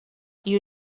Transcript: you